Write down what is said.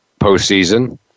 postseason